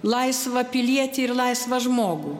laisvą pilietį ir laisvą žmogų